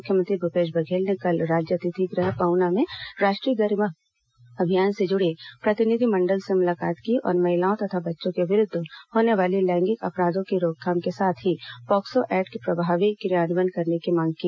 मुख्यमंत्री भूपेश बघेल से कल राज्य अतिथि गृह पहुना में राष्ट्रीय गरिमा अभियान से जुड़े प्रतिनिधिमंडल ने मुलाकात की और महिलाओं तथा बच्चों के विरूद्व होने वाली लैंगिक अपराधो पर रोकथाम के साथ ही पाक्सो एक्ट का प्रभावी क्रियान्वयन करने की मांग की